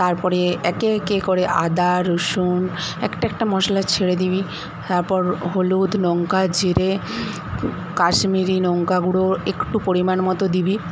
তারপরে একে একে করে আদা রসুন একটা একটা মশলা ছেড়ে দিবি তারপর হলুদ লঙ্কা জিরে কাশ্মীরি লঙ্কা গুঁড়ো একটু পরিমাণমতো দিবি